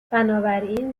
بنابراین